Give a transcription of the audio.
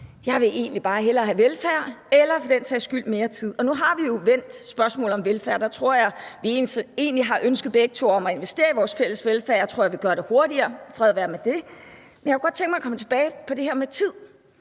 Jeg vil egentlig bare hellere have velfærd eller for den sags skyld mere tid. Og nu har vi jo vendt spørgsmålet om velfærd. Der tror jeg, at vi egentlig begge to har et ønske om at investere i vores fælles velfærd. Jeg tror, at jeg vil gøre det hurtigere; fred være med det. Men jeg kunne godt tænke mig at komme tilbage til det her med tid.